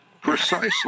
Precisely